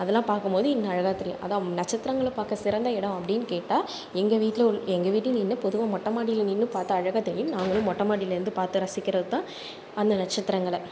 அது எல்லாம் பார்க்கும் போது இன்னும் அழகாக தெரியும் அதுதான் நட்சத்திரங்களை பார்க்க சிறந்த இடம் அப்படினு கேட்டால் எங்கள் வீட்டில் உள் எங்கள் வீட்லைனு இல்லை பொதுவாக மொட்டை மாடியில் நின்று பார்த்தா அழகாக தெரியும் நாங்களும் மொட்டை மாடியில் இருந்து பார்த்து ரசிக்கிறது தான் அந்த நட்சத்திரங்களை